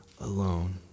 alone